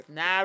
Now